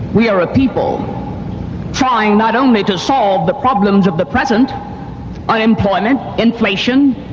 we are a people trying not only to solve the problems of the present unemployment, inflation.